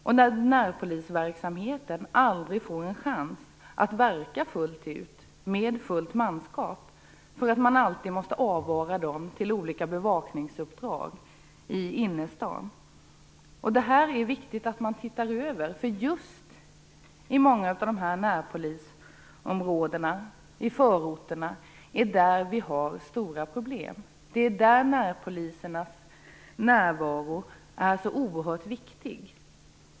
Och närpolisverksamheten får aldrig en chans att verka fullt ut med fullt manskap på grund av att man alltid måste avvara dessa poliser till olika bevakningsuppdrag i innerstaden. Det är viktigt att man tittar över det här, för det är just i många av närpolisområdena i förorterna som vi har stora problem. Det är där som närpolisernas närvaro är så oerhört viktig.